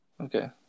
okay